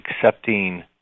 accepting